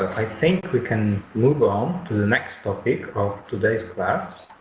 i think we can move on to the next topic of today's class